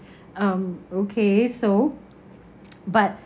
um okay so but